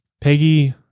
Peggy